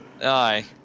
aye